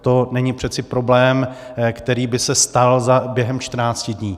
To není přeci problém, který by se stal během čtrnácti dní.